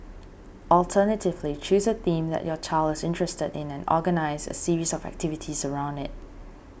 alternatively choose a theme that your child is interested in and organise a series of activities around it